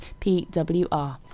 pwr